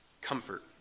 comfort